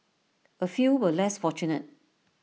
A few were less fortunate